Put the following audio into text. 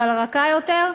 אבל רכה יותר,